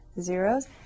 zeros